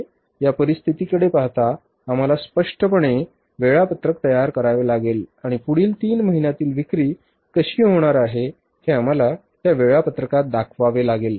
या परिस्थितीकडे पाहता आम्हाला स्पष्टपणे वेळापत्रक तयार करावे लागेल आणि पुढील 3 महिन्यांतील विक्री कशी होणार आहे हे आम्हाला त्या वेळापत्रकात दाखवावे लागेल